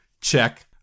check